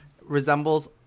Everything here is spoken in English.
resembles